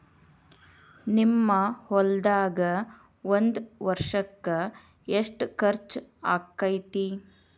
ನಿಮ್ಮ ಹೊಲ್ದಾಗ ಒಂದ್ ವರ್ಷಕ್ಕ ಎಷ್ಟ ಖರ್ಚ್ ಆಕ್ಕೆತಿ?